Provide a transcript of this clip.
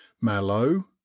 Mallow